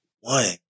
one